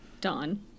Dawn